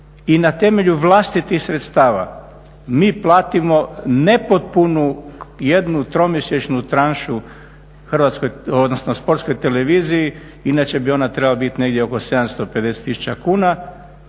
i na temelju vlastitih sredstava mi platimo nepotpunu jednu tromjesečnu tranšu Sportskoj televiziji, inače bi ona trebala biti negdje oko 750 tisuća